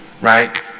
right